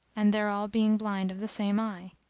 and their all being blind of the same eye.